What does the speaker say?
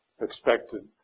Expected